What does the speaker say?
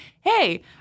Hey